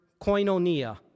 koinonia